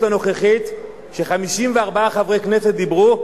הנוכחית ש-54 חברי כנסת דיברו,